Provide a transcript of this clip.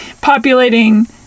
populating